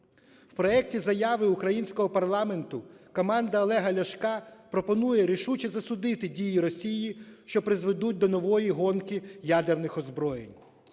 В проекті заяви українського парламенту команда Олега Ляшка пропонує рішуче засудити дії Росії, що призведуть до нової гонки ядерних озброєнь.